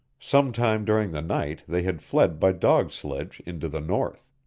sometime during the night they had fled by dog-sledge into the north.